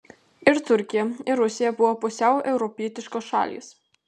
ir turkija ir rusija buvo pusiau europietiškos šalys